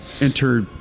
enter